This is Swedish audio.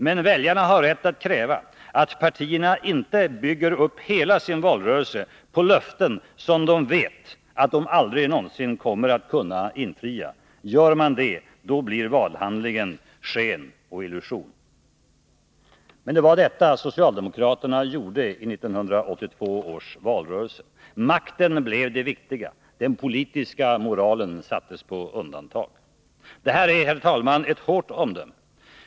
Men väljarna har rätt att kräva att partierna inte bygger upp hela sin valrörelse på löften som de vet att de aldrig någonsin kommer att kunna infria. Gör man det blir valhandlingen sken och illusion. Men det var detta socialdemokraterna gjorde i 1982 års valrörelse. Makten blev det viktiga. Den politiska moralen sattes på undantag. Detta är, herr talman, ett hårt omdöme.